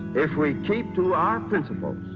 if we keep to our principles,